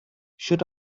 should